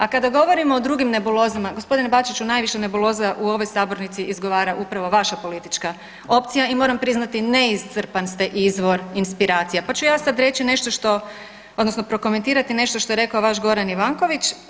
A kada govorimo o drugim nebulozama gospodine Bačiću najviše nebuloza u ovoj sabornici izgovara upravo vaša politička opcija i moram priznati neiscrpan ste izvor inspiracija, pa ću ja sada reći nešto što odnosno prokomentirati nešto što je rekao vaš Goran Ivanković.